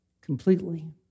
completely